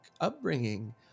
upbringing